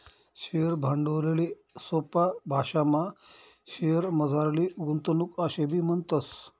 share भांडवलले सोपा भाशामा शेअरमझारली गुंतवणूक आशेबी म्हणतस